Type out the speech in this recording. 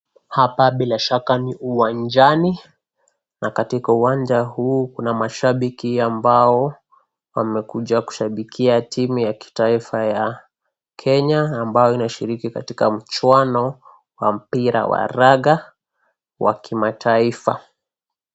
Hapa bila shaka ni uwanjani, na katika uwanja huu kuna mashabiki ambao wamekuja kushabikia timu ya kitaifa ya Kenya, ambayo inashiriki katika mchuano wa mpira wa raga wa kimataifa.